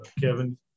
Kevin